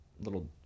little